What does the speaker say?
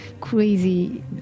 crazy